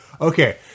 Okay